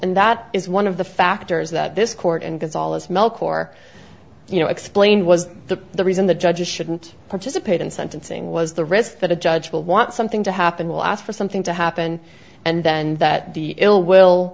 and that is one of the factors that this court and gonzales melk or you know explain was the the reason the judges shouldn't participate in sentencing was the risk that a judge will want something to happen will ask for something to happen and then that the ill will